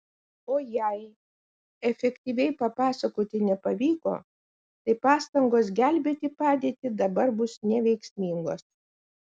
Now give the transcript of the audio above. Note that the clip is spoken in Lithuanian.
o jei efektyviai papasakoti nepavyko tai pastangos gelbėti padėtį dabar bus neveiksmingos